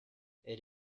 elle